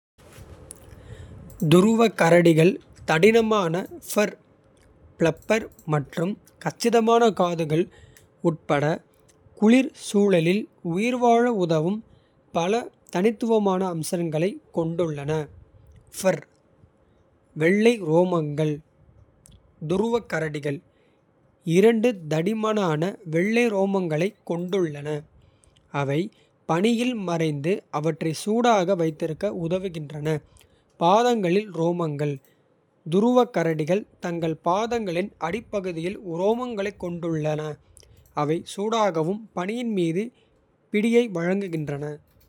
துருவ கரடிகள் தடிமனான பர் ப்ளப்பர் மற்றும் கச்சிதமான. காதுகள் உட்பட குளிர் சூழலில் உயிர்வாழ உதவும் பல. தனித்துவமான அம்சங்களைக். கொண்டுள்ளன பர் வெள்ளை ரோமங்கள். துருவ கரடிகள் இரண்டு தடிமனான வெள்ளை ரோமங்களைக். கொண்டுள்ளன அவை பனியில் மறைந்து அவற்றை சூடாக. வைத்திருக்க உதவுகின்றன பாதங்களில் ரோமங்கள். துருவ கரடிகள் தங்கள் பாதங்களின் அடிப்பகுதியில். உரோமங்களைக் கொண்டுள்ளன அவை சூடாகவும். பனியின் மீது பிடியை வழங்குகின்றன.